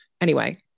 Anyway-